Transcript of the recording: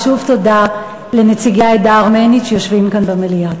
ושוב תודה לנציגי העדה הארמנית שיושבים כאן במליאה.